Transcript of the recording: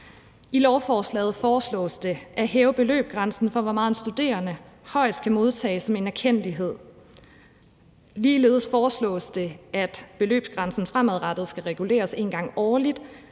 I lovforslaget foreslås det at hæve beløbsgrænsen for, hvor meget studerende højst kan modtage som en erkendtlighed. Ligeledes foreslås det, at beløbsgrænsen fremadrettet skal reguleres en gang årligt